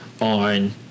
on